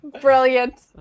Brilliant